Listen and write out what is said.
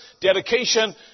dedication